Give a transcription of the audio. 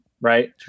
right